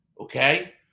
okay